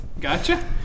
Gotcha